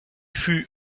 fut